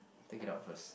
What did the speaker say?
take it out first